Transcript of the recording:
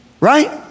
right